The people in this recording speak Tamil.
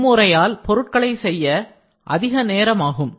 இம்முறையால் பொருட்களை செய்ய அதிக நேரம் ஆகும்